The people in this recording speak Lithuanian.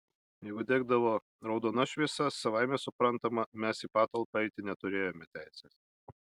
jeigu degdavo raudona šviesa savaime suprantama mes į patalpą eiti neturėjome teisės